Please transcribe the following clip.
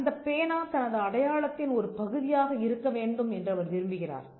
அந்தப் பேனா தனது அடையாளத்தின் ஒரு பகுதியாக இருக்க வேண்டும் என்று அவர் விரும்புகிறார்